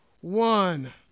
one